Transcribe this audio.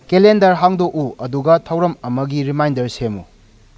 calendar ꯍꯥꯡꯗꯣꯛꯎ ꯑꯗꯨꯒ ꯊꯧꯔꯝ ꯑꯃꯒꯤ ꯔꯤꯃꯥꯏꯟꯗꯔ ꯁꯦꯝꯃꯨ